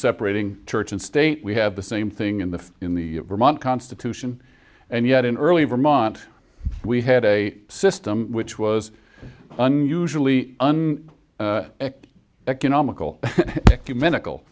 separating church and state we have the same thing in the in the vermont constitution and yet in early vermont we had a system which was unusually until economical